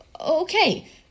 Okay